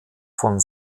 von